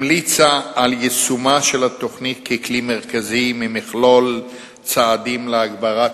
המליצה על יישומה של התוכנית ככלי מרכזי במכלול צעדים להגברת